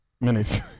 minutes